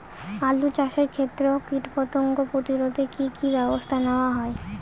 আলু চাষের ক্ষত্রে কীটপতঙ্গ প্রতিরোধে কি কী ব্যবস্থা নেওয়া হয়?